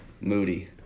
Moody